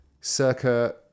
circa